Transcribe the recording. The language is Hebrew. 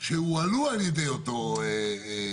שהועלו על ידי אותו רגולטור,